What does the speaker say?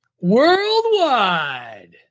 worldwide